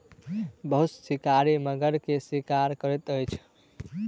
बहुत शिकारी मगर के शिकार करैत अछि